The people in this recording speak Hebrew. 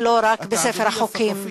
ולא רק בספר החוקים.